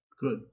Good